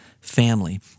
family